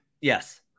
Yes